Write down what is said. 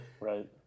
right